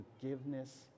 forgiveness